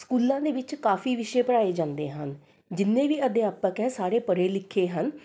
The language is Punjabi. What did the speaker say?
ਸਕੂਲਾਂ ਦੇ ਵਿੱਚ ਕਾਫ਼ੀ ਵਿਸ਼ੇ ਪੜ੍ਹਾਏ ਜਾਂਦੇ ਹਨ ਜਿੰਨੇ ਵੀ ਅਧਿਆਪਕ ਹੈ ਸਾਰੇ ਪੜੇ ਲਿਖੇ ਹਨ